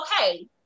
okay